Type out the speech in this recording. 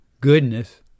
goodness